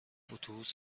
اتوبوس